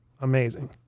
amazing